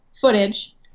footage